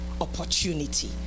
opportunity